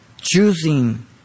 Choosing